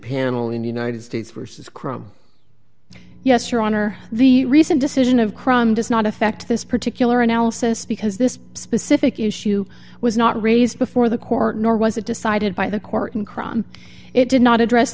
will in the united states versus chrome yes your honor the recent decision of crime does not affect this particular analysis because this specific issue was not raised before the court nor was it decided by the court in crom it did not address